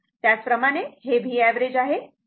त्याचप्रमाणे हे Vऍव्हरेज आहे